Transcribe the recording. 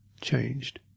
Changed